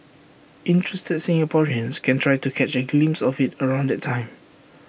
interested Singaporeans can try to catch A glimpse of IT around that time